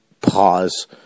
pause